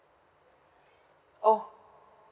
oh